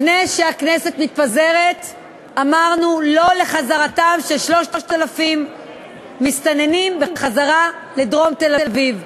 לפני שהכנסת מתפזרת אמרנו לא לחזרת 3,000 מסתננים לדרום תל-אביב.